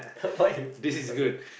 why what's that